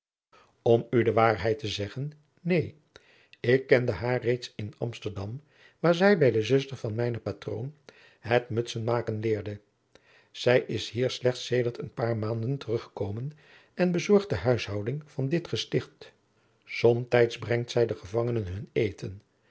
om u de waarheid te zeggen neen ik kende haar reeds in amsterdam waar zij bij de zuster van mijnen patroon het mutsenmaken leerde zij is hier slechts sedert een paar maanden teruggekomen en bezorgt de huishouding van dit gesticht somtijds brengt zij den gevangenen hun eten